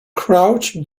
crouch